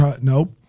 Nope